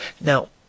now